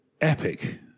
epic